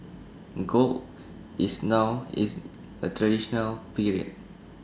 gold is now is A transitional period